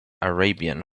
arabian